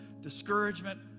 discouragement